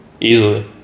Easily